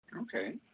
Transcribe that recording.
Okay